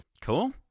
Cool